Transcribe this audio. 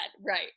Right